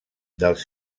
dels